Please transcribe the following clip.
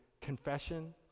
confession